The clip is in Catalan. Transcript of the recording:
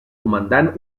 comandant